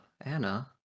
Anna